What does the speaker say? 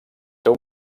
seu